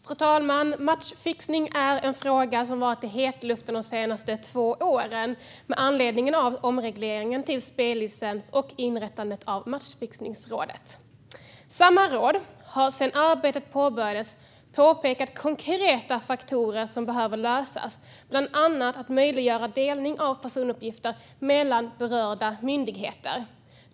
Fru talman! Matchfixning är en fråga som har varit i hetluften de senaste två åren med anledning av omregleringen till spellicens och inrättandet av matchfixningsrådet. Samma råd har sedan arbetet påbörjades påpekat konkreta saker som behöver göras, bland annat att möjliggöra delning av personuppgifter mellan berörda myndigheter.